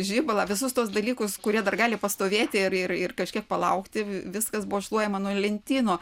žibalą visus tuos dalykus kurie dar gali pastovėti ir ir kažkiek palaukti viskas buvo šluojama nuo lentynų